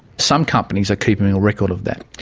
some companies are keeping a record of that.